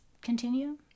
continue